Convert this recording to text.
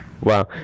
Wow